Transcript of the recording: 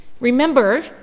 Remember